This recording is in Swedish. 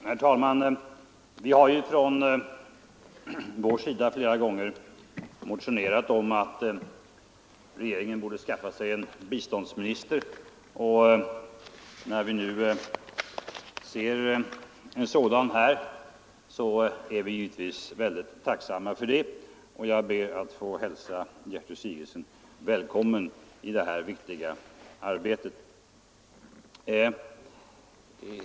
Herr talman! Vi har från vår sida flera gånger motionerat om att regeringen borde skaffa sig en biståndsminister, och när vi nu ser en sådan här är vi givetvis mycket tacksamma för det. Jag ber att få hälsa Gertrud Sigurdsen välkommen i detta viktiga arbete.